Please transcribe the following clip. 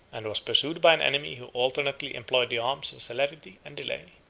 and was pursued by an enemy who alternately employed the arms of celerity and delay.